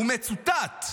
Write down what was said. הוא מצוטט.